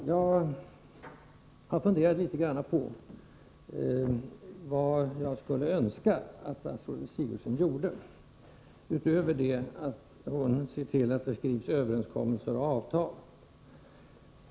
Jag har funderat litet grand på vad jag skulle önska att statsrådet Sigurdsen gjorde utöver att se till att det skrivs överenskommelser och avtal.